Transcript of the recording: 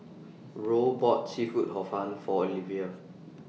Roe bought Seafood Hor Fun For Olivia